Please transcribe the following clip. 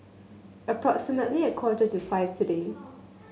approximately a quarter to five today